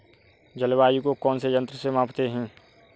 जलवायु को कौन से यंत्र से मापते हैं?